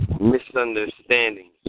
misunderstandings